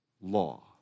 law